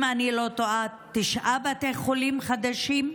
אם אני לא טועה תשעה בתי חולים חדשים.